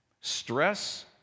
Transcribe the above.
Stress